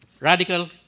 Radical